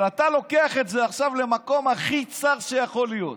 אבל אתה לוקח את זה עכשיו למקום הכי צר שיכול להיות.